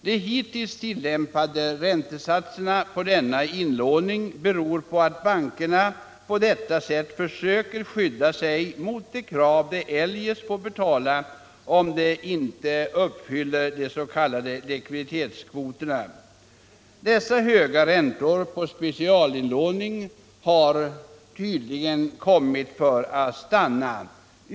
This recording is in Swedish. De hittills tillämpade räntesatserna på denna inlåning beror på att bankerna på detta sätt försöker undvika den straffränta som de får betala om de inte uppfyller de s.k. likviditetskvoterna. Dessa höga räntor på specialinlåning har tydligen kommit för att stanna.